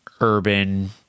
urban